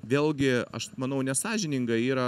vėlgi aš manau nesąžininga yra